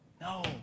No